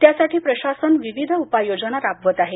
त्यासाठी प्रशासन विविध उपाययोजना राबवत आहे